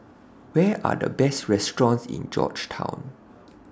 Where Are The Best restaurants in Georgetown